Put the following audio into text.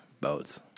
boats